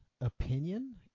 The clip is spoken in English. opinion